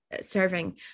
serving